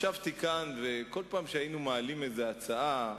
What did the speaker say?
ישבתי כאן וכל פעם שהיינו מעלים איזו הצעה,